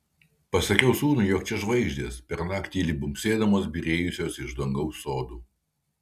pasakiau sūnui jog čia žvaigždės pernakt tyliai bumbsėdamos byrėjusios iš dangaus sodų